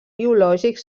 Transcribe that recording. biològics